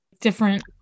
different